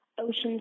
Ocean's